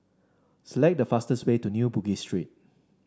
select the fastest way to New Bugis Street